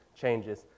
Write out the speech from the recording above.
changes